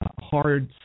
hard